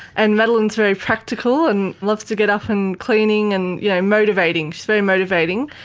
and madeline is very practical and loves to get up, and cleaning and you know motivating, she's very motivating.